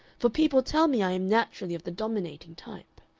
for people tell me i am naturally of the dominating type.